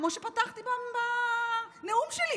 כמו שפתחתי בנאום שלי,